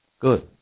Good